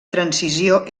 transició